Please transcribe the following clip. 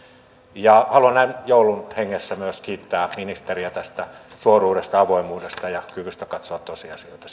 ja haluan näin joulun hengessä myös kiittää ministeriä tästä suoruudesta avoimuudesta ja kyvystä katsoa tosiasioita